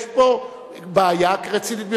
יש פה בעיה רצינית ביותר.